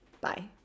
Bye